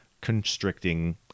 constricting